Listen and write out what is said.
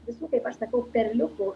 visų kaip aš sakau perliukų